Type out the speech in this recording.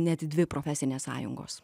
net dvi profesinės sąjungos